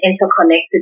interconnected